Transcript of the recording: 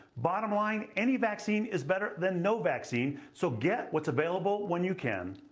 bottom line. any vaccine is better than no vaccine so get what's available when you can.